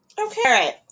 Okay